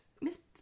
miss